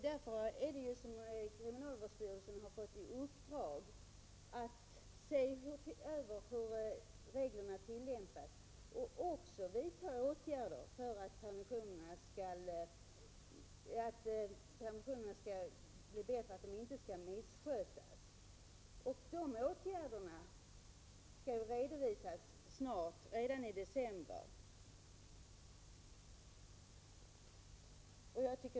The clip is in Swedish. Därför har kriminalvårdsstyrelsen fått i uppdrag att se över hur reglerna tillämpas och vilka åtgärder som skall vidtas om permissionerna missköts. Dessa åtgärder skall redovisas snart, redan i december.